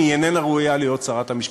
היא איננה ראויה להיות שרת המשפטים.